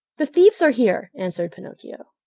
the thieves are here, answered pinocchio.